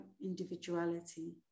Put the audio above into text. individuality